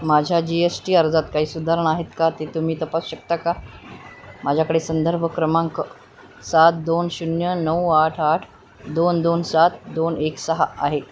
माझ्या G S T अर्जात काही सुधारण आहेत का ते तुम्ही तपासू शकता का माझ्याकडे संदर्भ क्रमांक सात दोन शून्य नऊ आठ आठ दोन दोन सात दोन एक सहा आहे